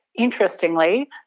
interestingly